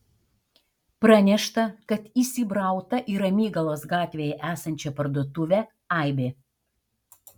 pranešta kad įsibrauta į ramygalos gatvėje esančią parduotuvę aibė